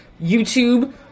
YouTube